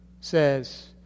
says